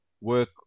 work